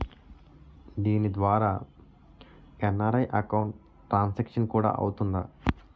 దీని ద్వారా NRI account transaction కూడా అవుతుందా?